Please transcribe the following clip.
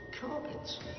carpets